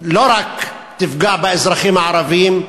תפגע לא רק באזרחים הערבים,